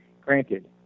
Granted